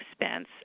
expense